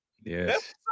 Yes